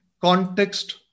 context